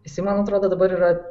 jisai man atrodo dabar yra